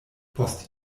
post